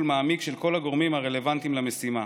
מעמיק של כל הגורמים הרלוונטיים למשימה,